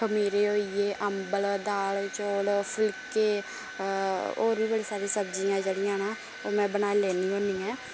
खमीरे होई गे अंबल दाल चौल फुल्के और बी बड़ी सारी सब्जियां जेहड़ियां न ओह् में बनाई लैन्नी होन्नी ऐ